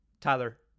Tyler